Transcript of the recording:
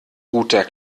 guter